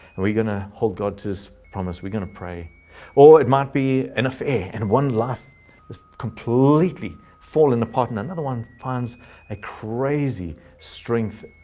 and we going to hold god to his promise. we're going to pray or it might be an affair and one last completely falling apart and another one finds a crazy strength,